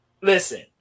listen